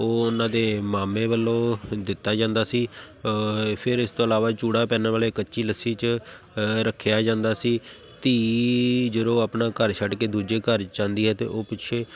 ਉਹ ਉਹਨਾਂ ਦੇ ਮਾਮੇ ਵੱਲੋਂ ਦਿੱਤਾ ਜਾਂਦਾ ਸੀ ਫਿਰ ਇਸ ਤੋਂ ਇਲਾਵਾ ਚੂੜਾ ਪਹਿਨਣ ਵੇਲੇ ਕੱਚੀ ਲੱਸੀ 'ਚ ਰੱਖਿਆ ਜਾਂਦਾ ਸੀ ਧੀ ਜਦੋਂ ਆਪਣਾ ਘਰ ਛੱਡ ਕੇ ਦੂਜੇ ਘਰ ਜਾਂਦੀ ਹੈ ਤਾਂ ਉਹ ਪਿੱਛੇ